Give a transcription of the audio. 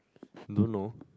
don't know